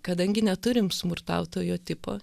kadangi neturim smurtautojo tipo